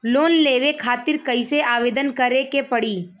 Loan लेवे खातिर कइसे आवेदन करें के पड़ी?